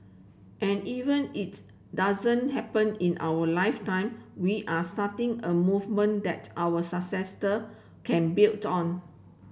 and even it doesn't happen in our lifetime we are starting a movement that our successor can built on